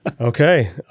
Okay